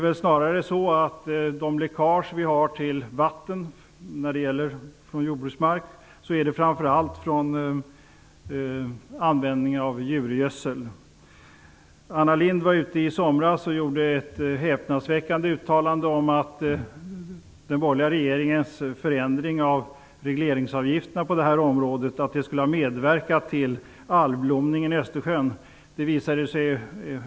Läckaget från jordbruksmarken till vattnet kommer framför allt från användningen av djurgödsel. Anna Lindh gjorde i somras ett häpnadsväckande uttalande om att den borgerliga regeringens förändring av regleringsavgifterna på detta område skulle ha medverkat till algblomningen i Östersjön.